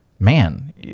Man